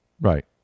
Right